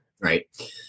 Right